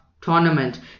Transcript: tournament